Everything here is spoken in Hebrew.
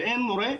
ואין מורה,